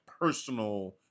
personal